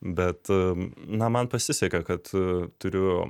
bet na man pasisekė kad turiu